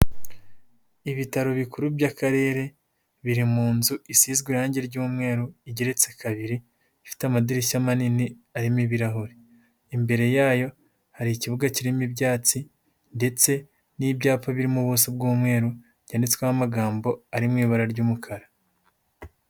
Ibitaro bikuru by'akarere biri mu nzu isizwe irangi ry'umweru, igereretse kabiri ifite amadirishya manini arimo ibirahure, imbere yayo hari ikibuga kirimo ibyatsi ndetse n'ibyapa biri mu buso bw'umweru byanditsweho amagambo ari mu ibara ry'umukara.